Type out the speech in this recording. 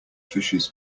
fishes